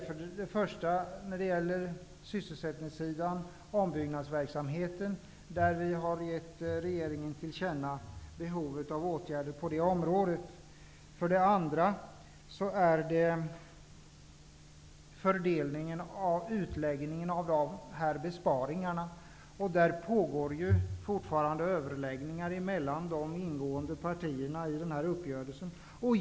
För det första gäller det sysselsättningssidan, där vi har givit regeringen till känna behovet av åtgärder när det gäller ombyggnadsverksamheten. För det andra gäller det fördelningen av utläggningen av de här besparingarna, där det fortfarande pågår överläggningar mellan de partier som har ingått uppgörelsen.